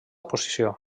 posició